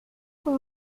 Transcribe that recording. con